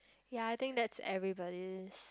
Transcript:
ya I think that's everybody